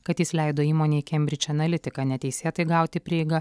kad jis leido įmonei cambridge analytica neteisėtai gauti prieigą